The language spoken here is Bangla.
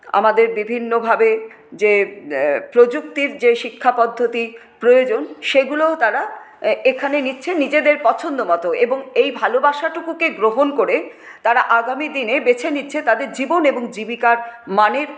আমাদের বিভিন্নভাবে যে প্রযুক্তির যে শিক্ষা পদ্ধতি প্রয়োজন সেগুলোও তারা এখানে নিচ্ছে নিজেদের পছন্দমত এবং এই ভালবাসাটুকুকে গ্রহণ করে তারা আগামী দিনে বেছে নিচ্ছে তাদের জীবন এবং জীবিকার মানের